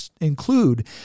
include